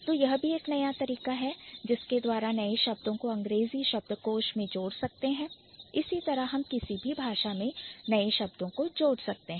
तो यह भी एक नया तरीका है जिसके द्वारा हम नए शब्दों को अंग्रेजी शब्दकोश में जोड़ सकते हैं इसी तरह हम किसी भी भाषा में शब्दों को जोड़ सकते हैं